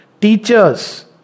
teachers